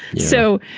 so,